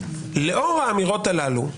לאור האמירות הללו,